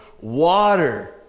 water